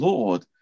Lord